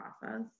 process